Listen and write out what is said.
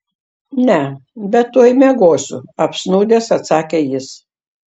ne bet tuoj miegosiu apsnūdęs atsakė jis